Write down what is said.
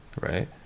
Right